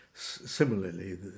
Similarly